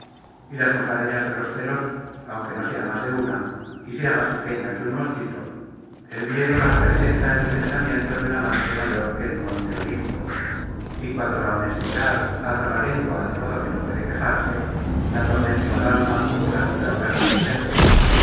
y las musarañas de los celos aunque no sea más de una y sea más pequeña que un mosquito el miedo la representa en el pensamiento de un amante mayor que el monte olimpo y cuando la honestidad ata la lengua de modo que no puede quejarse da tormento al alma con las ligaduras del silencio